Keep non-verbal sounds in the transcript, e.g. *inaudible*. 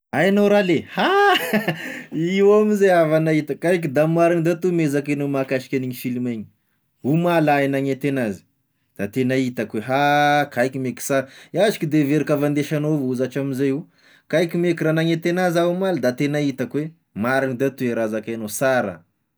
Aia anao raly? Ha *laughs* io amzay aho vao nahita kaiky da mariny da toa moa i zakainao mahakasika agn'igny filma igny, omaly ah e nanenty an'azy da tena hitako hoe ah, kaiky me ko sara, iahy sh ko de everiko havandesanao avao izy io hatramzay io, kaike me ko raha nagnenty anazy aho omaly da tena hitako hoe marigny da to hoe raha zakainao, sara.